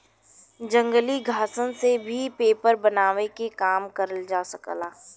जंगली घासन से भी पेपर बनावे के काम करल जा सकेला